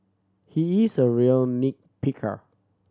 he is a real nit picker